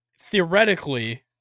theoretically